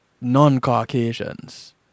non-Caucasians